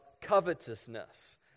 covetousness